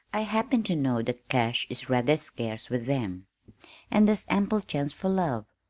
i happen to know that cash is rather scarce with them and there's ample chance for love,